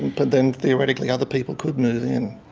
but then theoretically other people could move in?